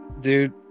dude